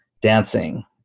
dancing